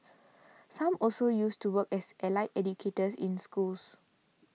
some also used to work as allied educators in schools